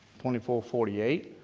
twenty four forty eight.